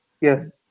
Yes